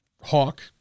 Hawk